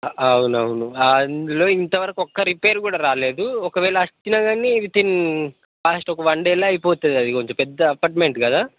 అవును అవును అందులో ఇంతవరకు ఒక రిపేర్ కూడా రాలేదు ఒకవేళ వచ్చినా గానీ విత్ ఇన్ ఫాస్ట్గా వన్ డేలో అయిపోతుంది అది కొంచెం పెద్ద అపార్ట్మెంట్ కదా